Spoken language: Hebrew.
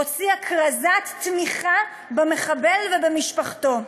הוציאה כרזת תמיכה במחבל ובמשפחתו.